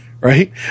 right